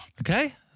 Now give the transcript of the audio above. Okay